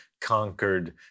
conquered